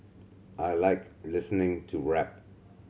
I like listening to rap